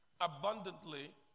abundantly